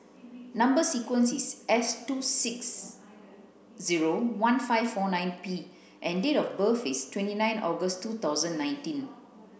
number sequence is S two six zero one five four nine P and date of birth is twenty nine August two thousand nineteen